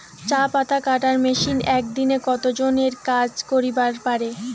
চা পাতা কাটার মেশিন এক দিনে কতজন এর কাজ করিবার পারে?